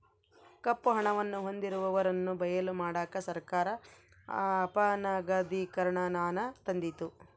ಕಪ್ಪು ಹಣವನ್ನು ಹೊಂದಿರುವವರನ್ನು ಬಯಲು ಮಾಡಕ ಸರ್ಕಾರ ಅಪನಗದೀಕರಣನಾನ ತಂದಿತು